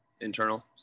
Internal